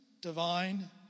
divine